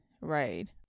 right